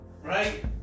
right